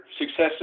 successes